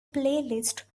playlist